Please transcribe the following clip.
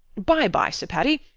bye-bye, sir paddy.